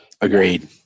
Agreed